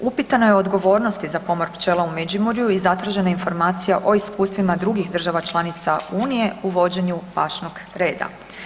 Upitano je o odgovornosti za pomor pčela u Međimurju i zatražena je informacija o iskustvima drugih država članica unije u vođenju pašnog reda.